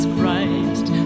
Christ